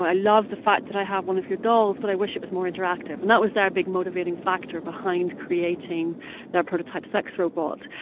love the fact that i have one of your dolls, but i wish it was more interactive. and that was their big motivating factor behind creating their prototype sex robot.